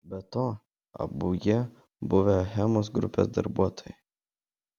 be to abu jie buvę achemos grupės darbuotojai